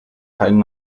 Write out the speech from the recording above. keinen